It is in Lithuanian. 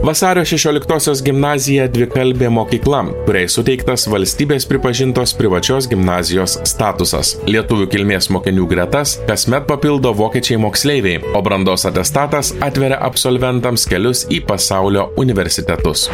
vasario šešioliktosios gimnazija dvikalbė mokykla kuriai suteiktas valstybės pripažintos privačios gimnazijos statusas lietuvių kilmės mokinių gretas kasmet papildo vokiečiai moksleiviai o brandos atestatas atveria absolventams kelius į pasaulio universitetus